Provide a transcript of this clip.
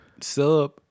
sub